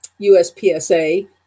USPSA